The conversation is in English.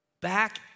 back